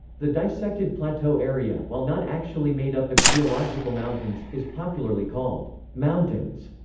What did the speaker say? the dissected plateau area, while not actually made up of geological mountains, is popularly called mountains,